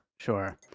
Sure